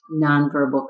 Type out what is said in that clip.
nonverbal